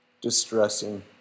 distressing